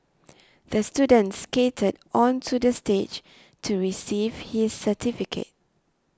the student skated onto the stage to receive his certificate